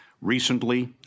Recently